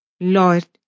Lord